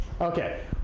Okay